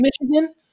Michigan